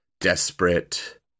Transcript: desperate